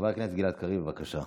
חבר הכנסת גלעד קריב, בבקשה.